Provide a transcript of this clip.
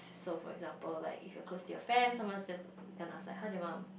so for example like if you're close to your fam someone's just gonna ask like how is your mum